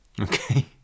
Okay